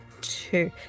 two